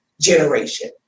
generation